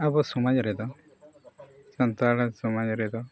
ᱟᱵᱚ ᱥᱚᱢᱟᱡᱽ ᱨᱮᱫᱚ ᱥᱟᱱᱛᱟᱲ ᱥᱚᱢᱟᱡᱽ ᱨᱮᱫᱚ